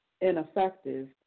ineffective